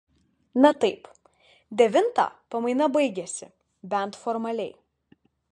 na taip devintą pamaina baigiasi bent formaliai